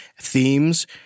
themes